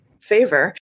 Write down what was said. favor